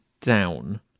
down